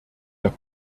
der